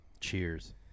Cheers